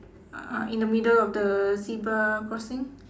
uh in the middle of the zebra crossing